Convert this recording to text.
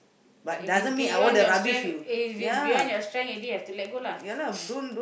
but if it's beyond your strength if it's beyond your strength already you have to let go lah